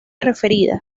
referida